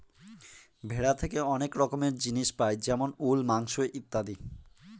ভেড়া থেকে অনেক রকমের জিনিস পাই যেমন উল, মাংস ইত্যাদি